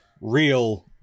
real